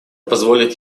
позволит